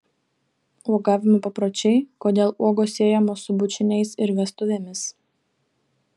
uogavimo papročiai kodėl uogos siejamos su bučiniais ir vestuvėmis